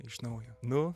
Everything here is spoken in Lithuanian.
iš naujo nu